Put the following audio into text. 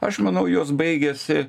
aš manau jos baigėsi